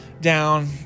down